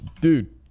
Dude